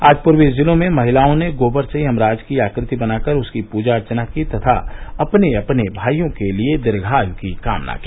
आज पूर्वी जिलों में महिलाओं ने गोवर से यमराज की आकृति बनाकर उसकी पूजा अर्चना की तथा अपने अपने भाईयों के लिए दीघार्यू की कामना की